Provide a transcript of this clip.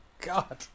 God